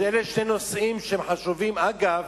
אלה נושאים חשובים, ואגב,